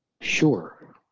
sure